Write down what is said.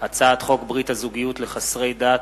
הצעת חוק ברית הזוגיות לחסרי דת,